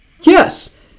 Yes